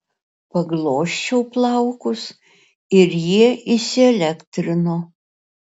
paglosčiau plaukus ir jie įsielektrino